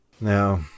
Now